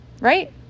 Right